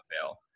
fail